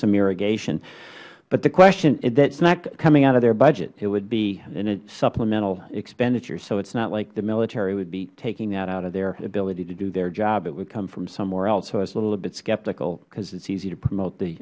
some irrigation but that is not coming out of our budget it would be a supplemental expenditure so it is not like the military would be taking that out of their ability to do their job it would come from somewhere else so i was a little bit skeptical because it is easy to promote the